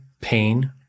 pain